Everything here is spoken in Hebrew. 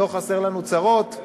לא חסרות לנו צרות.